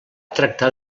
tractar